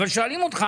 אבל שואלים אותך.